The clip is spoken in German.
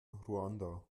ruanda